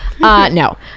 no